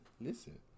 Listen